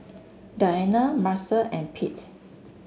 Diana Marcel and Pete